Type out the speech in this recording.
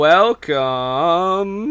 Welcome